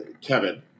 Kevin